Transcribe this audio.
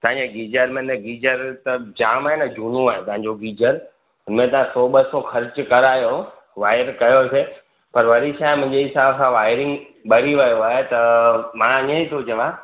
तव्हांजे गीजर में न गीजर त जाम आहे न झूनो आहे तव्हांजो गीजर हुन में त सौ ॿ सौ खर्च करायो वायर कयोसीं पर वरी छा आहे मुंहिंजे हिसाब सां वायरिंग ॿरी वियो आहे त मां हीअं ई थो चवां